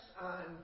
on